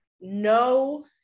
no